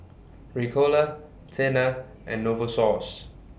Ricola Tena and Novosource